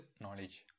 knowledge